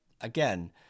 again